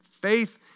Faith